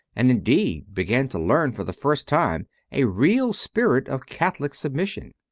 and, indeed, began to learn for the first time a real spirit of catholic submission.